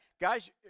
Guys